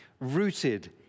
rooted